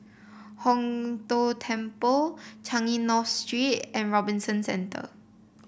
Hong Tho Temple Changi North Street and Robinson Centre